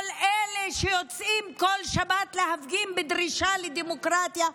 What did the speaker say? כל אלה שיוצאים כל שבת להפגין בדרישה לדמוקרטיה,